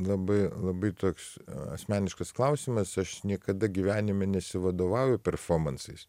labai labai toks asmeniškas klausimas aš niekada gyvenime nesivadovauju performansais